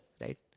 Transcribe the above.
right